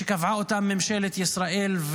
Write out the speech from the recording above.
שקבעה ממשלת ישראל,